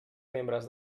membres